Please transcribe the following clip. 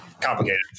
complicated